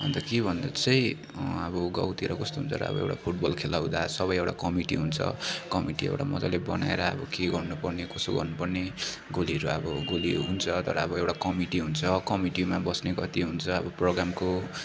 अन्त के भन्दा चाहिँ अब गाउँतिर कस्तो हुन्छ अब एउटा फुटबल खेलाउँदा सबै एउटा कमिटी हुन्छ कमिटी एउटा मजाले बनाएर अब के गर्नुपर्ने कसो गर्नुपर्ने गोलीहरू अब गोली हुन्छ तर अब एउटा कमिटी हुन्छ कमिटीमा बस्ने कति हुन्छ अब प्रोग्रामको